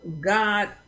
God